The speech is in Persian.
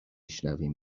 شنویم